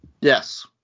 Yes